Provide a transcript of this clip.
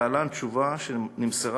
להלן תשובה שנמסרה